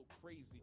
crazy